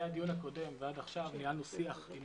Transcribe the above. מהדיון הקודם ועד עכשיו ניהלנו שיח עם